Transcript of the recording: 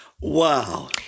Wow